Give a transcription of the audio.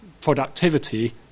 productivity